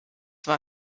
war